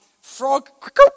frog